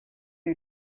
are